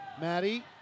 Maddie